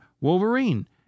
Wolverine